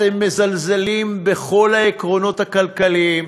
אתם מזלזלים בכל העקרונות הכלכליים,